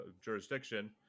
jurisdiction